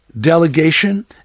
delegation